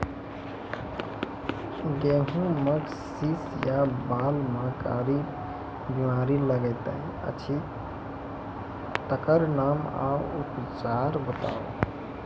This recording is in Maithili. गेहूँमक शीश या बाल म कारी बीमारी लागतै अछि तकर नाम आ उपचार बताउ?